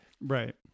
Right